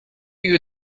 uur